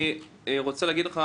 אדוני היושב-ראש, אני רוצה להגיד לך,